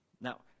Now